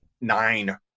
nine